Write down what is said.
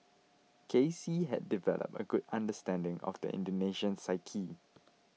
K C had developed a good understanding of the Indonesian psyche